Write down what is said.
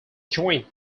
joined